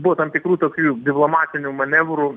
buvo tam tikrų tokių diplomatinių manevrų